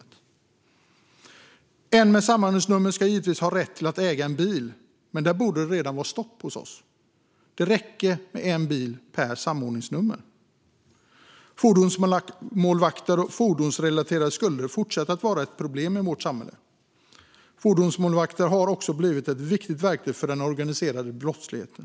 En person med samordningsnummer ska givetvis ha rätt att äga en bil, men redan där borde det vara stopp. Det räcker med en bil per samordningsnummer. Fordonsmålvakter och fordonsrelaterade skulder fortsätter att vara ett problem i vårt samhälle. Fordonsmålvakter har också blivit ett viktigt verktyg för den organiserade brottsligheten.